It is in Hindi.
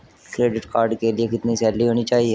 क्रेडिट कार्ड के लिए कितनी सैलरी होनी चाहिए?